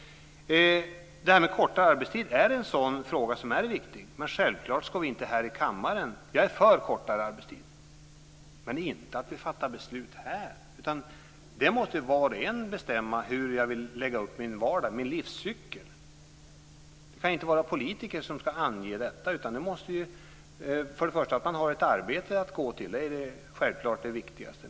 Det här med kortare arbetstid är en fråga som är viktig. Jag är för kortare arbetstid. Men jag är inte för att vi fattar beslut här. Det måste var och en bestämma; hur jag vill lägga upp min vardag, min livscykel. Det kan inte vara politiker som ska ange detta. Först och främst gäller det att man har ett arbete att gå till. Det är självklart det viktigaste.